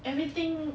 everything